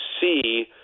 see